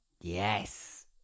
Yes